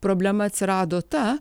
problema atsirado ta